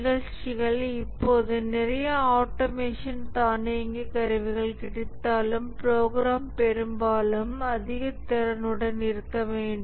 நிகழ்ச்சிகள் இப்போது நிறைய ஆட்டோமேஷன் தானியங்கி கருவிகள் கிடைத்தாலும் ப்ரோக்ராம் பெரும்பாலும் அதிக திறனுடன் இருக்க வேண்டும்